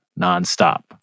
nonstop